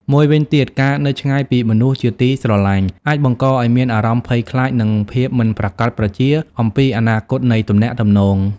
មួយវិញទៀត ការនៅឆ្ងាយពីមនុស្សជាទីស្រឡាញ់ អាចបង្កឱ្យមានអារម្មណ៍ភ័យខ្លាច និងភាពមិនប្រាកដប្រជាអំពីអនាគតនៃទំនាក់ទំនង។